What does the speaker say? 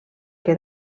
que